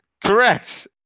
Correct